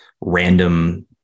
random